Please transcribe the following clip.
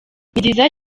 nziza